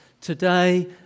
Today